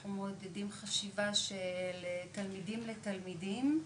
אנחנו מעודדים חשיבה של תלמידים לתלמידים.